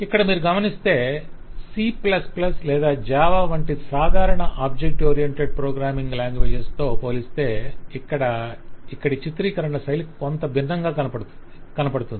ఇక్కడ మీరు గమనిస్తే C లేదా జావా వంటి సాధారణ ఆబ్జెక్ట్ ఓరియెంటెడ్ ప్రోగ్రామింగ్ లాంగ్వేజెస్ తో పోలిస్తే ఇక్కడి చిత్రీకరణ శైలి కొంత భిన్నంగా కనపడుతుంది